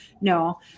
no